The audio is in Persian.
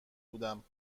بودم